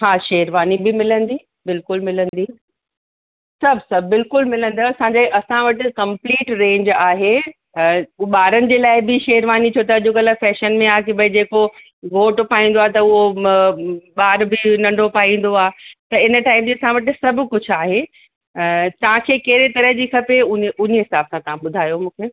हा शेरवानी बि मिलंदी बिल्कुलु मिलंदी सभु सभु बिल्कुलु मिलंदव असांजे असां वटि कंप्लीट रेंज आहे ॿारनि जे लाइ बि शेरवानी छो त अॼुकल्ह फैशन में आहे की भई जेको घोटु पाईंदो आहे त उहो ॿार बि नंढो पाईंदो आ त इन टाइप जी असां वटि सभु कुझु आहे तव्हांखे कहिड़े तरह जी खपे उन उन हिसाब सां तव्हां ॿुधायो मूंखे